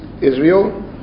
Israel